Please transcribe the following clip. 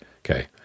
Okay